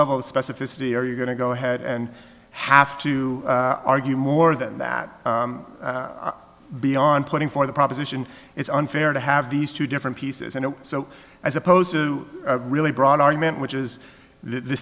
level of specificity are you going to go ahead and have to argue more than that beyond putting for the proposition it's unfair to have these two different pieces and so as opposed to really broad argument which is th